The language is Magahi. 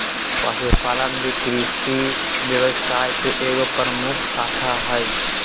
पशुपालन भी कृषि व्यवसाय के एगो प्रमुख शाखा हइ